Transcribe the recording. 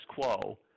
quo